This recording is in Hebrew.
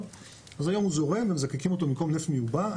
אז היום הוא זורם ומזקקים אותו במקום נפט מיובא.